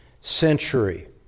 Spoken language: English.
century